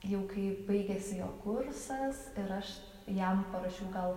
jau kai baigėsi jo kursas ir aš jam parašiau gal